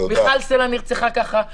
מיכל סלע נרצחה ככה,